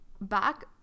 back